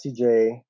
CJ